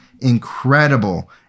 incredible